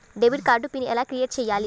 Debit card pin ఎలా create చెయ్యాలి?